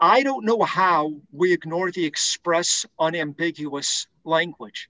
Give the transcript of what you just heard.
i don't know how we ignored the express an ambiguous language